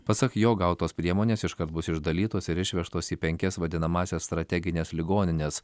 pasak jo gautos priemonės iškart bus išdalytos ir išvežtos į penkias vadinamąsias strategines ligonines